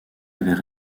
avaient